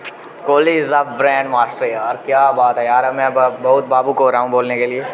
Kohli is a brand master यार क्या बात ऐ यार में बोह्त भावुक हो रहा हूं बोलने के लिये